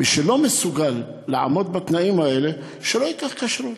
מי שלא מסוגל לעמוד בתנאים האלה, שלא ייקח כשרות.